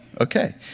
Okay